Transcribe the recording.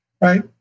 right